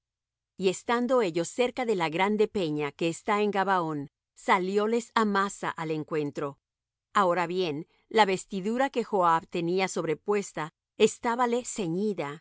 y estando ellos cerca de la grande peña que está en gabaón salióles amasa al encuentro ahora bien la vestidura que joab tenía sobrepuesta estábale ceñida